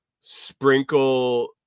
sprinkle